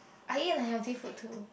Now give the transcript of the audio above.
I eat unhealthy food too